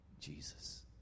Jesus